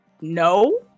no